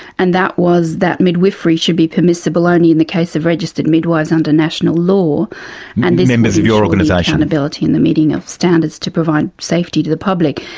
and that was that midwifery should be permissible only in the case of registered midwives under national law and the. members of your organisation. accountability in the meeting of standards to provide safety to the public.